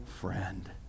friend